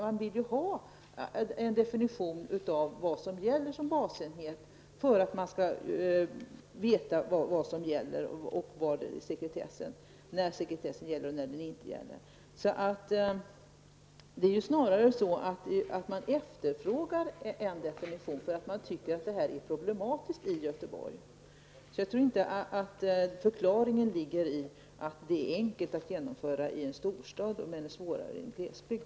Man vill ha en definition av vad som skall betraktas som basenhet för att kunna veta när sekretessen gäller och när den inte gäller. Det är snarare så att man i Göteborg efterfrågar en definition därför att man tycker att det här är problematiskt. Jag tror inte att förklaringen ligger i att det är enkelt att genomföra i en storstad men svårare i glesbygd.